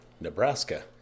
Nebraska